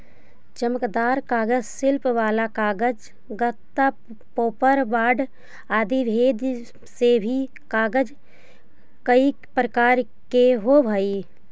चमकदार कागज, शिल्प वाला कागज, गत्ता, पोपर बोर्ड आदि भेद से भी कागज कईक प्रकार के होवऽ हई